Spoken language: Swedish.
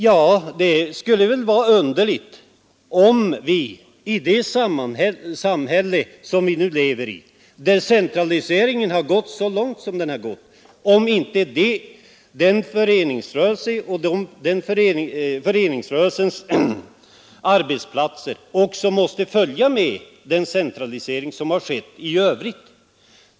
Ja, det skulle väl vara underligt i det samhälle som vi nu lever i, där centraliseringen har gått så långt som den har gjort, om inte föreningsrörelsens arbetsplatser också måste följa den centralisering som har skett i övrigt.